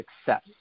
success